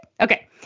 Okay